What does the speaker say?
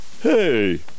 Hey